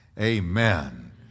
amen